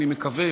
אני מקווה,